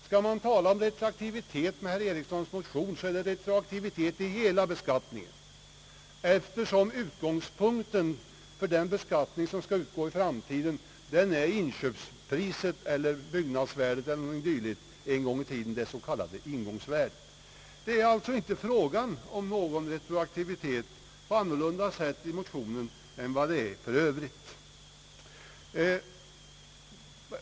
Skall man tala om retroaktiviteten i motionen, så är det retroaktivitet i hela beskattningen, eftersom utgångspunkten för den skatt som skall utgå i framtiden är inköpspriset, byggnadsvärdet eller dylikt — en gång i tiden det s.k. ingångsvärdet. Det är alltså i motionen inte fråga om något annat slag av retroaktivitet än vad det är för övrigt.